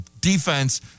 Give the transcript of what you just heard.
defense